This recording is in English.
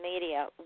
Media